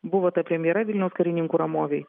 buvo ta premjera vilniaus karininkų ramovėj